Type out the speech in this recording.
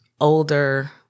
older